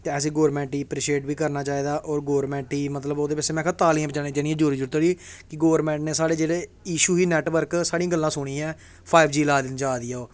ते असैं गोरमैंट गी ऐप्रिशेट बी करनां चाही दा ते में आखनां मतलव कि तालियां बज़ानां चाही दियां जोरें जोरें कि गोरमैंट नै साढ़े जेह्ड़े इशू हे नैटबर्क साढ़ियां गल्लां सुनियां फाइवजी लान जा दी ऐ ओह्